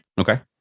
Okay